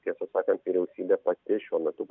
tiesą sakant vyriausybė pati šiuo metu